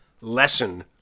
lesson